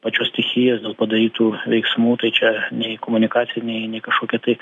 pačios stichijos padarytų veiksmų tai čia nei komunikacijų nei ne kažkokia tai